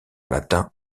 latin